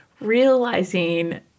realizing